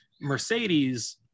Mercedes